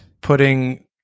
putting